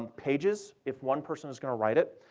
um pages, if one person is going to write it.